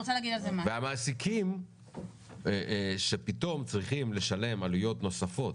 המעסיקים פתאום צריכים לשלם עלויות נוספות